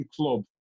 Club